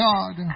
God